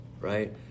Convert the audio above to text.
right